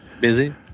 Busy